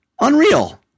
Unreal